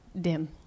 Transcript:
dim